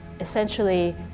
Essentially